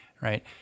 right